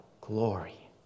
glory